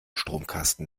stromkasten